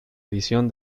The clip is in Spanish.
edición